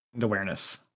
awareness